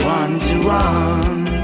one-to-one